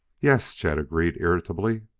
yes, chet agreed irritably,